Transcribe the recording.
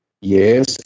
Yes